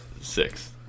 six